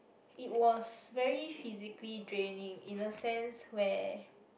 it was very physically draining in the sense where